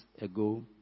ago